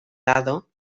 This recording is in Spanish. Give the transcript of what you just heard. lado